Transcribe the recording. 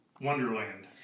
Wonderland